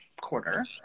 quarter